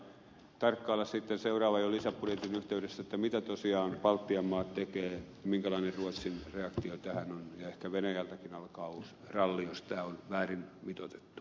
tässä täytyy tarkkailla sitten jo seuraavan lisäbudjetin yhteydessä mitä tosiaan baltian maat tekevät ja minkälainen ruotsin reaktio tähän on ja ehkä venäjältäkin alkaa uusi ralli jos tämä on väärin mitoitettu